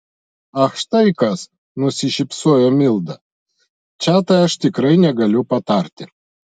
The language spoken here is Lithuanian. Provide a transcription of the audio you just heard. ach štai kas nusišypsojo milda čia tai aš tikrai negaliu patarti